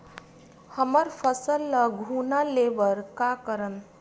हमर फसल ल घुना ले बर का करन?